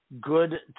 good